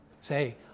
Say